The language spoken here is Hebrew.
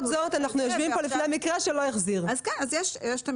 זאת אנחנו יושבים כאן בגלל מקרה שלא החזיר.